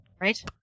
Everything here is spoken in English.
right